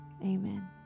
amen